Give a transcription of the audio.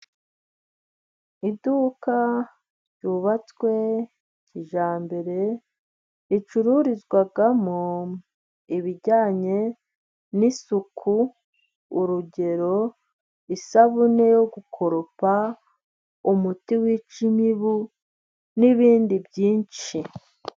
Iduka ryubatswe kijyambere ricururizwamo ibijyanye n'suku, urugero isabune yo gukoropa, umuti wica imibu n'ibindi byinshi.